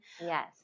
Yes